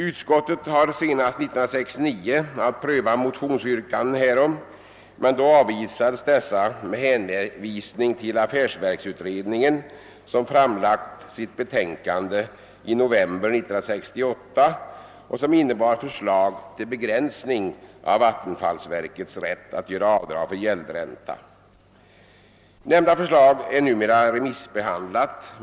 Utskottet har senast 1969 haft att pröva:motionsyrkanden härom;: men dessa avvisades då med hänvisning till affärsverksutredningen; som framlade sitt betänkande i november 1968, vilket innebar. förslag till begränsning. av vattenfallsverkets rätt att göra avdrag för gäldränta. Nämnda förslag är numera remissbehandlat.